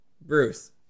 Bruce